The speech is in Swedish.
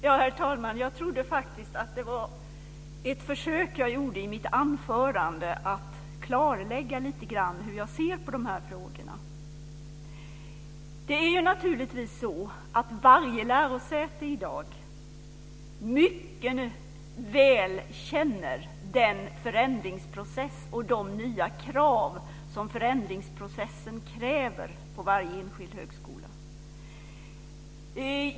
Herr talman! Jag trodde faktiskt att det jag gjorde i mitt anförande var ett försök att klarlägga lite grann hur jag ser på de här frågorna. Naturligtvis känner varje lärosäte i dag mycket väl förändringsprocessen och de nya krav som förändringsprocessen ställer på varje enskild högskola.